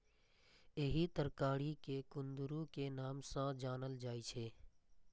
एहि तरकारी कें कुंदरू के नाम सं जानल जाइ छै